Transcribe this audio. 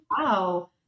Wow